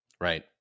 Right